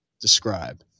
describe